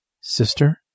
Sister